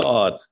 God